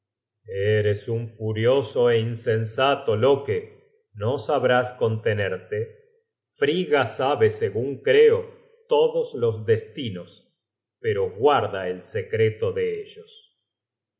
ceres un furioso é insensato loke nosabrás contenerte frigga sabe segun creo todos los destinos pero guarda el secreto de ellos